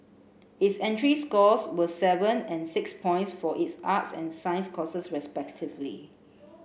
its entry scores were seven and six points for its arts and science courses respectively